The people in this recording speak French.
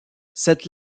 cette